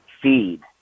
feed